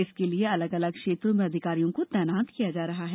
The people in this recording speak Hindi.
इसके लिए अलग अलग क्षेत्रों में अधिकारियों को तैनात किया जा रहा है